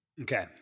Okay